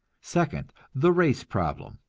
second, the race problem.